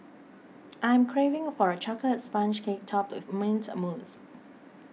I'm craving for a Chocolate Sponge Cake Topped with Mint Mousse